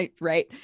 right